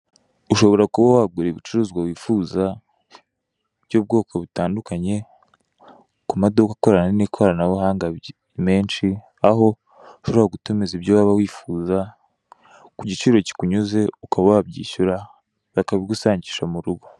Ushobora kuba wagura ibicuruzwa, wifuza by'ubwoko butandukanye, ku maduka akorana n'ikoranabuhanga menshi, aho ushobora gutumiza ibyo waba wifuza ku giciro kikunyuze ukaba wabyishyura bakabigusangisha mu rugo.